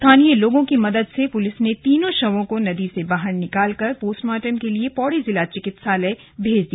स्थानीय लोगों की मदद से पुलिस ने तीनों के शव नदी से बाहर निकालकर पोस्टमार्टम के लिए पौडी जिला चिकित्सालय भेजा